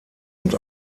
und